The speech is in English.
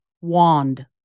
wand